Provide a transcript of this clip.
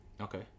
okay